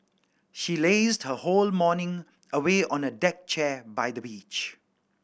she lazed her whole morning away on a deck chair by the beach